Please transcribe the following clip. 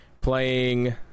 playing